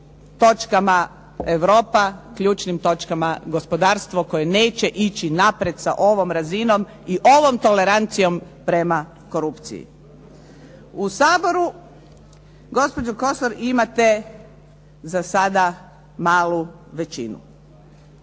točkama Europa, ključnim točkama gospodarstvo koje neće ići naprijed sa ovom razinom i ovom tolerancijom prema korupciji. U Saboru, gospođo Kosor, imate za sada malu većinu.